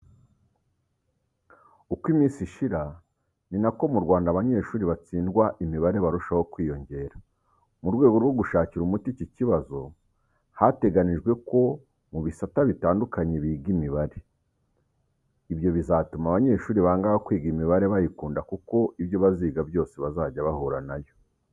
Uko iminsi ishira, ninako mu Rwanda abanyeshuri batsindwa imibare, barushaho kwiyongera. Mu rwego rwo gushakira umuti iki kibazo, hateganyijwe ko mu bisata bitandukanye biga imibare. Ibyo bizatuma abanyeshuri bangaga kwiga imibare bayikunda kuko ibyo baziga byose bazajya bahura na yo.